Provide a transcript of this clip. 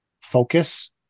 focus